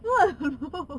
no that's good